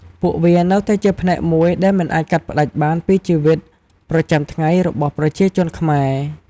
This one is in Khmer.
ពួកវានៅតែជាផ្នែកមួយដែលមិនអាចកាត់ផ្ដាច់បានពីជីវិតប្រចាំថ្ងៃរបស់ប្រជាជនខ្មែរ។